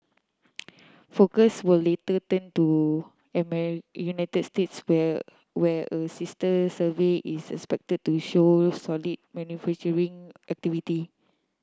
focus will later turn to United States where where a sister survey is expected to show solid manufacturing activity